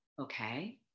okay